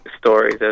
stories